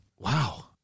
Wow